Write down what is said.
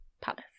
Palace